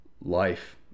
life